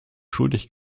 schuldig